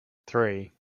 three